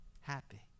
Happy